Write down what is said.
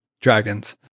dragons